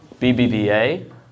BBVA